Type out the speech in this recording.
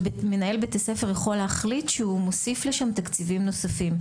ומנהל בית הספר יכול להחליט שהוא מוסיף לשם תקציבים נוספים.